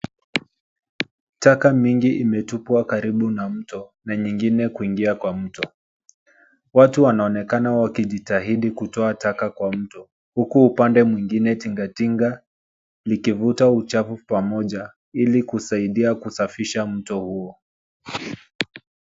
Taka mingi imetupwa karibu na mto na nyengine kuingia kwa mto. Watu wanaonekana wakijitahidi kutoa taka kwa mto huku upande mwingine tinga tinga likivuta uchafu pamoja ili kusaidia kusafisha mto huo.